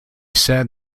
said